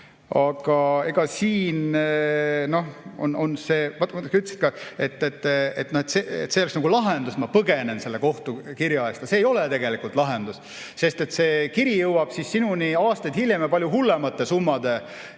Sa ütlesid ka, et see oleks nagu lahendus, et ma põgenen kohtu kirja eest. See ei ole tegelikult lahendus, sest see kiri jõuab sinuni aastaid hiljem ja palju hullemate summade